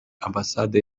ambasade